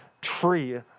tree